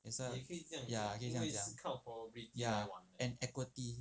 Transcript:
that's why ya 可以这样讲 ya and equity